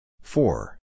Four